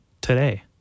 today